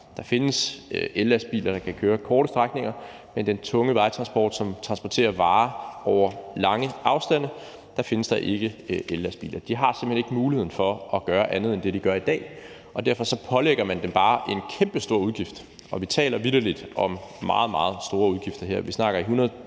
Der findes ellastbiler, der kan køre korte strækninger, men for den tunge vejtransport, som transporterer varer over lange afstande, findes der ikke ellastbiler. De har simpelt hen ikke mulighed for at gøre andet end det, de gør i dag, og derfor pålægger man dem bare en kæmpestor udgift, og vi taler vitterlig om meget, meget store udgifter her; vi snakker 100.000